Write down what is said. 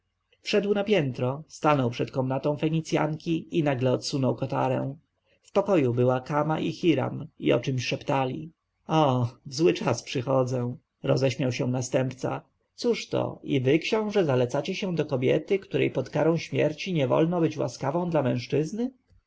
wszedł na piętro stanął przed komnatą fenicjanki i nagle odsunął kotarę w pokoju była kama i hiram i o czemś szeptali o w zły czas przychodzę roześmiał się następca cóż to i wy książę zalecacie się do kobiety której pod karą śmierci nie wolno być łaskawą dla mężczyzn